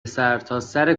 سرتاسر